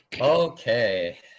Okay